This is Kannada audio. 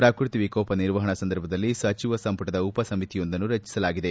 ಪ್ರಕೃತಿ ವಿಕೋಪ ನಿರ್ವಹಣಾ ಸಂದರ್ಭದಲ್ಲಿ ಸಚಿವ ಸಂಪುಟದ ಉಪ ಸಮಿತಿಯೊಂದನ್ನು ರಚಿಸಲಾಗಿದೆ